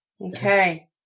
Okay